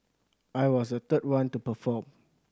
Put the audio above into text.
I was the third one to perform